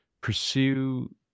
pursue